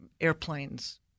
airplanes